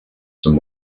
some